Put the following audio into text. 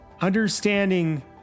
understanding